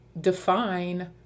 define